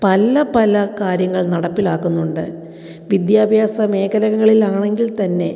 പല പല കാര്യങ്ങൾ നടപ്പിലാക്കുന്നുണ്ട് വിദ്യാഭ്യാസ മേഖലകളിൽ ആണെങ്കിൽ തന്നെ